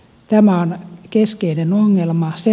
tämä on keskeinen ongelma